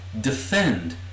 defend